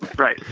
right.